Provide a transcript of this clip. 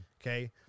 Okay